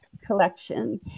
collection